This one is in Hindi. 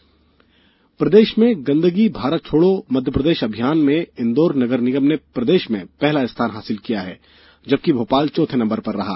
गंदगी भारत छोड़ो अभियान प्रदेश में गंदगी भारत छोड़ो मध्य प्रदेश अभियान में इंदौर नगर निगम ने प्रदेष में पहला स्थान हासिल किया है जबकि भोपाल चौथे नंबर पर रहा